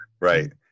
right